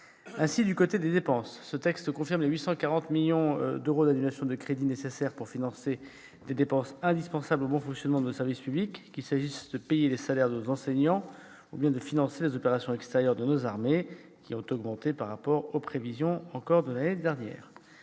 Ainsi, du côté des dépenses, ce texte confirme les annulations de crédits, d'un montant de 840 millions d'euros, nécessaires pour financer des dépenses indispensables au bon fonctionnement de nos services publics, qu'il s'agisse de payer les salaires de nos enseignants ou bien de financer les opérations extérieures de nos armées dont le coût a encore augmenté par rapport aux prévisions de l'année dernière.